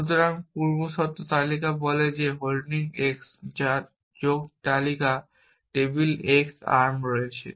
সুতরাং পূর্বশর্ত তালিকা বলে যে হোল্ডিং x যার যোগ তালিকা টেবিলে x আর্ম খালি রয়েছে